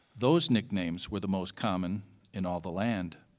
those nicknames were the most common in all the land,